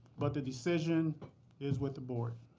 but the decision is with the board.